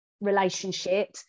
relationship